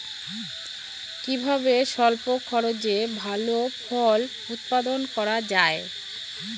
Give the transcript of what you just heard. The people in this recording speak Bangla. কিভাবে স্বল্প খরচে ভালো ফল উৎপাদন করা যায়?